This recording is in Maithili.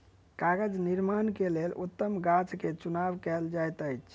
कागज़ निर्माण के लेल उत्तम गाछ के चुनाव कयल जाइत अछि